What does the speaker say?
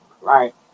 Right